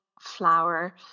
flour